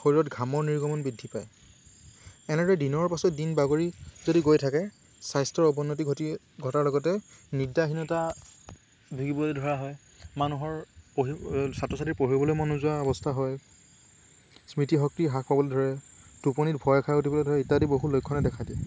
শৰীৰত ঘামৰ নিৰ্গমন বৃদ্ধি পায় এনেদৰে দিনৰ পাছত দিন বাগৰি যদি গৈ থাকে স্বাস্থ্যৰ অৱনতি ঘটি ঘটাৰ লগতে নিদ্ৰাহীনতা ভূগিবলৈ ধৰা হয় মানুহৰ পঢ়ি এ ছাত্ৰ ছাত্ৰী পঢ়িবলৈ মন নোযোৱা অৱস্থা হয় স্মৃতিশক্তি হ্ৰাস হ'বলৈ ধৰে টোপনিত ভয় খাই উঠিবলৈ ধৰে ইত্যাদি বহু লক্ষণে দেখা দিয়ে